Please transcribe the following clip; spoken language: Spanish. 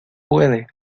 puede